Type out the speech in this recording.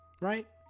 Right